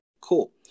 Cool